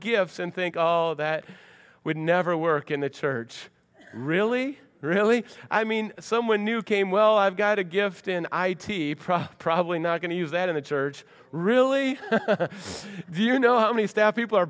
gifts and think oh that would never work in the church really really i mean someone new came well i've got a gift in i'd probably not going to use that in the church really do you know how many staff people are